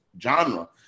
genre